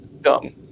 dumb